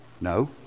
No